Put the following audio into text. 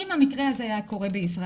אם המקרה הזה היה קורה בישראל,